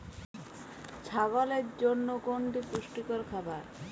ছাগলের জন্য কোনটি পুষ্টিকর খাবার?